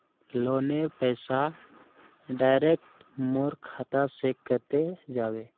लोनेर पैसा डायरक मोर खाता से कते जाबे?